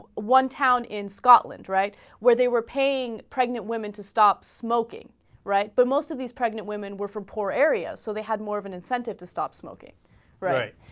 one town in scotland right where they were paying pregnant women to stop smoking right but most of these pregnant women were for poor areas so they had more of an incentive to stop smoking ah.